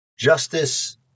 Justice